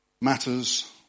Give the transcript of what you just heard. matters